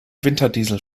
winterdiesel